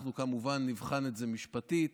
אנחנו כמובן נבחן את זה משפטית.